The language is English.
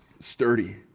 sturdy